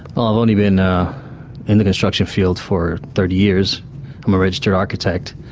but i've only been ah in the construction field for thirty years. i'm a registered architect,